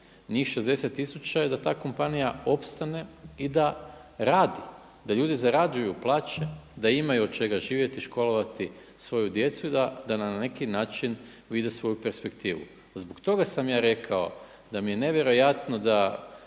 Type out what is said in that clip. njih 60000 je da ta kompanija opstane i da radi, da ljudi zarađuju plaće, da imaju od čega živjeti i školovati svoju djecu i da na neki način vide svoju perspektivu. Zbog toga sam ja rekao da mi je nevjerojatno da